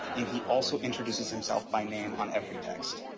and he also introduces himself by name on every text.